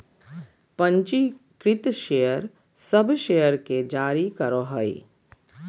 पंजीकृत शेयर सब शेयर के जारी करो हइ